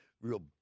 real